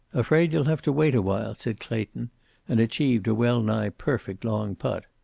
afraid you'll have to wait a while, said clayton and achieved a well-nigh perfect long putt.